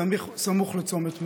סמוך לצומת מירון,